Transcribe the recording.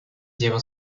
lleva